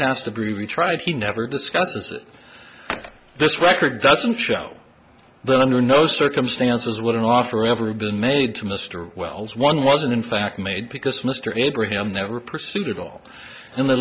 has to prove he tried he never discusses this record doesn't show then under no circumstances would an offer ever been made to mr wells one wasn't in fact made because mr abraham never pursued at all in the